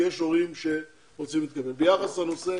ביחס לנושא